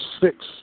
six